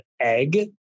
Egg